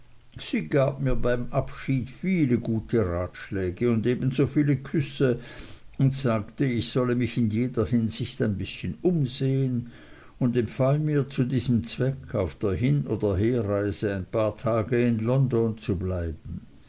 sie gab mir beim abschied viele gute ratschläge und ebenso viele küsse und sagte ich solle mich in jeder hinsicht ein bißchen umsehen und empfahl mir zu diesem zweck auf der hin oder herreise ein paar tage in london zu bleiben